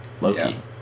Loki